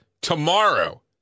tomorrow